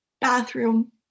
bathroom